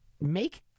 make